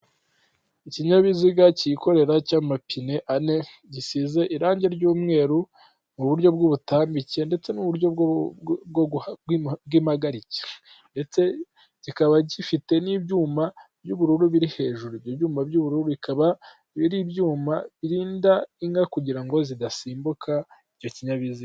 Ikinyabiziga cyikorera cy'amapine ane gisize irangi ry'umweru mu buryo bw'utambicye ndetse n'uburyo bw'impagarike ndetse kikaba gifite n'ibyuma by'ubururu biri hejuru, ibyuma by'ubururu bikaba biri ibyuma birinda inka kugira zidasimbuka icyo kinyabiziga.